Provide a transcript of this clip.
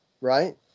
right